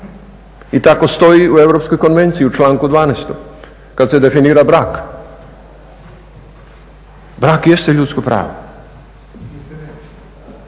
I tako stoji u europskoj konvenciji u članku 12. kad se definira brak. Brak jeste ljudsko pravo.